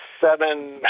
seven